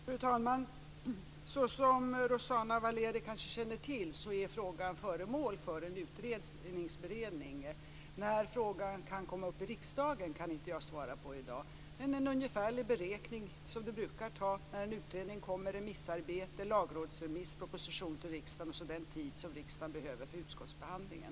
Fru talman! Såsom Rossana Valeria kanske känner till är frågan föremål för en utredningsberedning. När frågan kan komma upp i riksdagen kan jag inte svara på i dag. Men man kan göra en ungefärlig beräkning: som det brukar ta när en utredning kommer, med remissarbete, Lagrådsremiss, proposition till riksdagen och den tid som riksdagen behöver för utskottsbehandlingen.